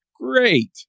great